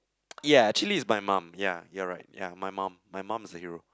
ya actually it's my mum ya you are right ya my mum my mum is the hero